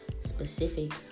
specific